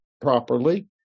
properly